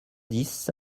dix